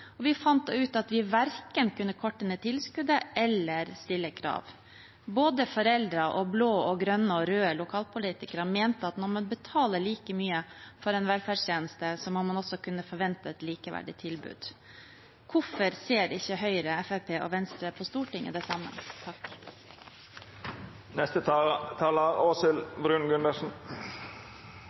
og vi fant ut vi verken kunne korte ned på tilskuddet eller stille krav. Både foreldre og blå, grønne og røde lokalpolitikere mente at når man betalte like mye for en velferdstjeneste, måtte man også kunne forvente et likeverdig tilbud. Hvorfor ser ikke Høyre, Fremskrittspartiet og Venstre på Stortinget det samme?